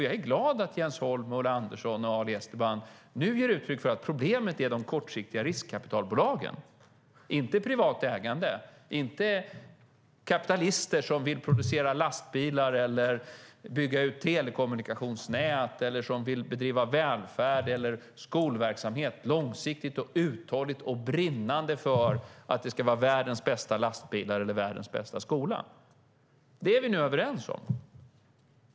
Jag är glad åt att Jens Holm, Ulla Andersson och Ali Esbati nu ger uttryck för att problemet är de kortsiktiga riskkapitalbolagen, inte privat ägande och inte kapitalister som vill producera lastbilar, bygga ut telekommunikationsnät eller bedriva välfärd eller skolverksamhet - långsiktigt, uthålligt och brinnande - för att det ska vara världens bästa lastbilar eller världens bästa skola. Det är vi nu överens om.